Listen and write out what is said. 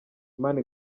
imana